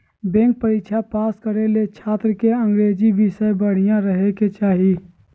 bank परीक्षा पास करे ले छात्र के अंग्रेजी विषय बढ़िया रहे के चाही